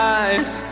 eyes